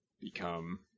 become